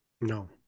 no